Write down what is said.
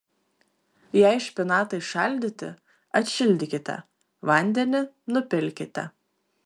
jei špinatai šaldyti atšildykite vandenį nupilkite